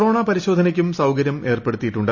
corona പരിശോധനയ്ക്കും സൌകര്യമേർ പ്പെടുത്തിയിട്ടുണ്ട്